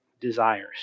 desires